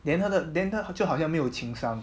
then 他的 then 他就好像没有情商